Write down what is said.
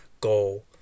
goal